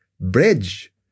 bridge